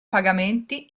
pagamenti